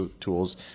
tools